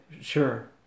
Sure